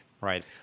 Right